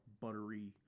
buttery –